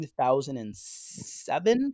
2007